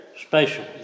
special